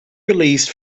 released